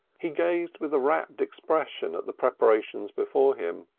he gazed with a rapt expression at the preparations before him.